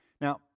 Now